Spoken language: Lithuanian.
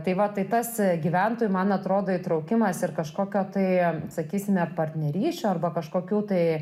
tai va tai tas gyventojų man atrodo įtraukimas ir kažkokio tai sakysime partnerysčių arba kažkokių tai